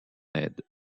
aide